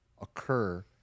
occur